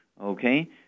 Okay